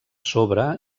sobre